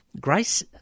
Grace